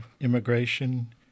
immigration